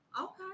Okay